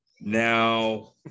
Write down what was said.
Now